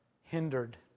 hindered